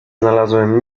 znalazłem